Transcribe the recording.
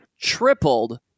tripled